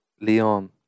Leon